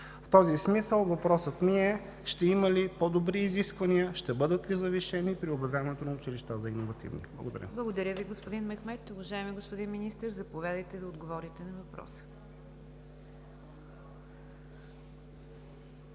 В този смисъл въпросът ми е: ще има ли по-добри изисквания, ще бъдат ли завишени при обявяването на училища за иновативни? Благодаря. ПРЕДСЕДАТЕЛ НИГЯР ДЖАФЕР: Благодаря Ви, господин Мехмед. Уважаеми господин Министър, заповядайте да отговорите на въпроса.